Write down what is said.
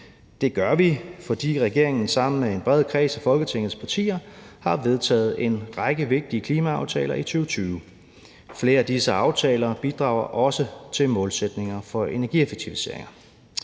Det gør vi, fordi regeringen sammen med en bred kreds af Folketingets partier har vedtaget en række vigtige klimaaftaler i 2020. Flere af disse aftaler bidrager også til målsætninger for energieffektiviseringer.